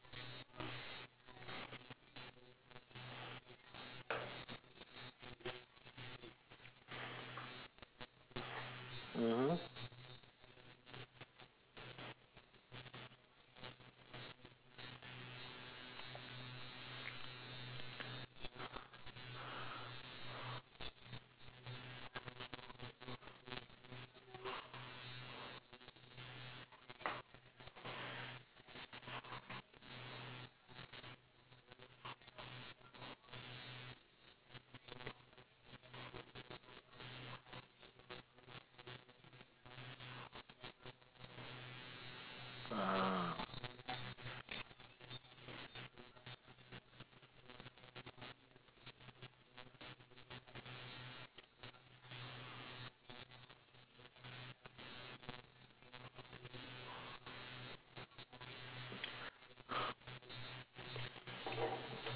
mmhmm ah